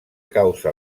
causa